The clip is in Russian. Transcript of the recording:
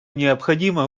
необходимо